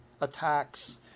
attacks